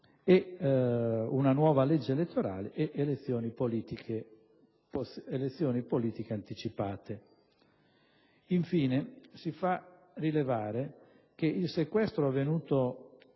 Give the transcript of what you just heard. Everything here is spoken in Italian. nella nuova legge elettorale e nelle elezioni politiche anticipate. Infine, si fa rilevare che il sequestro avvenuto